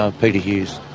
ah peter hughes.